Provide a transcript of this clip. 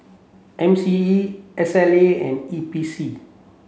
M C E S L A and E P C